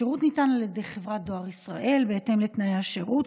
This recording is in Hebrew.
השירות ניתן על ידי חברת דואר ישראל בהתאם לתנאי השירות,